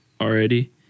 already